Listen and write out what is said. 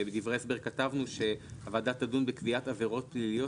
בדברי ההסבר כתבנו שהוועדה תדון בקביעת עבירות פליליות